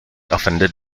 offended